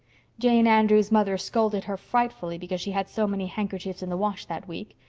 jane andrews' mother scolded her frightfully because she had so many handkerchiefs in the wash that week.